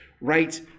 right